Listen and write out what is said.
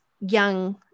young